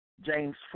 James